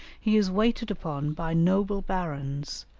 he is waited upon by noble barons,